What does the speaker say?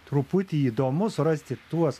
truputį įdomu surasti tuos